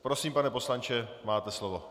Prosím, pane poslanče, máte slovo.